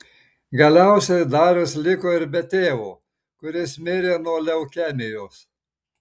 galiausiai darius liko ir be tėvo kuris mirė nuo leukemijos